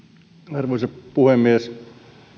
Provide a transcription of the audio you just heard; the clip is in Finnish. arvoisa puhemies